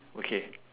okay